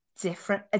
different